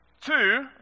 two